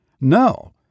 No